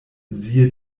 siehe